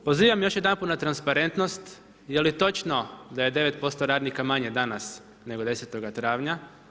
Pozivam još jedanput na transparentnost, jeli točno da je 9% radnika manje danas nego 10. travnja?